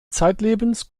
zeitlebens